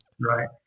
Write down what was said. Right